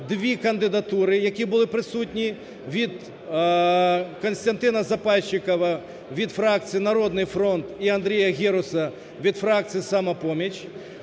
дві кандидатури, які були присутні, від… Костянтина Запайщикова від фракції "Народний фронт", і Андрія Геруса від фракції "Самопоміч".